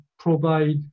provide